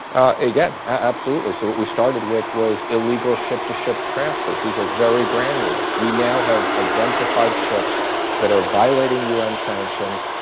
ah yeah absolutely. so what we started with was illegal ship-to-ship transfers. these are very granular. we now have identified ships that are violating u n. sanctions,